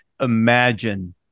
imagine